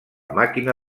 màquina